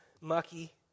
mucky